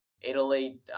Italy